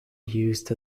used